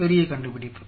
பெரிய கண்டுபிடிப்பு